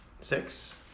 Six